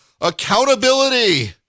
accountability